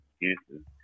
excuses